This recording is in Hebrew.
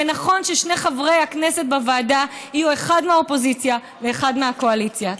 ונכון ששני חברי הכנסת בוועדה יהיו אחד מהאופוזיציה ואחד מהקואליציה.